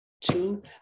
two